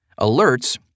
Alerts